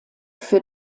für